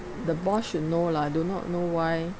the boss should know lah I do not know why